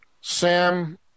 Sam